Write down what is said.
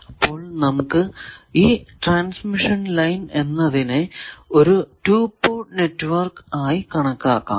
അപ്പോൾ നമുക്ക് ഈ ട്രാൻസ്മിഷൻ ലൈൻ എന്നതിനെ ഒരു 2 പോർട്ട് നെറ്റ്വർക്ക് ആയി കണക്കാക്കാം